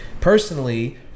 personally